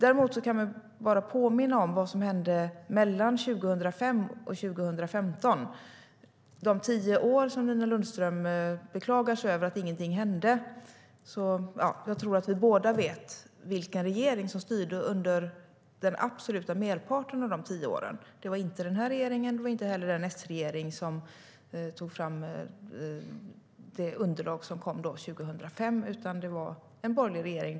Låt mig bara påminna om hur det såg ut mellan 2005 och 2015. Nina Lundström beklagar sig över att inget hände under dessa tio år, men jag tror att vi båda vet vilka regeringar som styrde under merparten av den tiden. Det var inte denna regering eller den S-regering som tog fram underlaget som kom 2005, utan det var borgerliga regeringar.